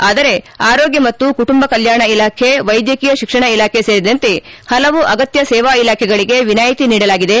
ಆದರೆ ಆರೋಗ್ಯ ಮತ್ತು ಕುಟುಂಬ ಕಲ್ಕಾಣ ಇಲಾಖೆ ವೈದ್ಯಕೀಯ ಶಿಕ್ಷಣ ಇಲಾಖೆ ಸೇರಿದಂತೆ ಹಲವು ಅಗತ್ತ ಸೇವಾ ಇಲಾಖೆಗಳಿಗೆ ವಿನಾಯಿತಿ ನೀಡಲಾಗಿದೆ